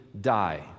die